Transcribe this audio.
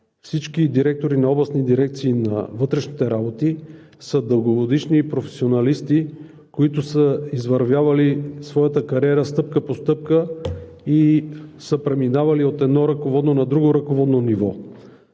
всички директори на областни дирекции на вътрешните работи са дългогодишни професионалисти, които са извървявали своята кариера стъпка по стъпка и са преминавали от едно ръководно на друго ръководно ниво,